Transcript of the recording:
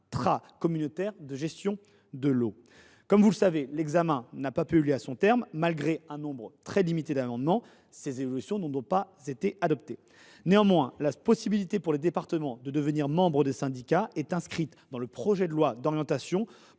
intracommunautaires de gestion de l’eau. L’examen du texte n’ayant pu aller à son terme, malgré un nombre très limité d’amendements, ces évolutions n’ont pas été adoptées. Néanmoins, la possibilité pour les départements de devenir membre des syndicats est inscrite dans le projet de loi d’orientation